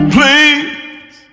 Please